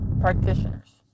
practitioners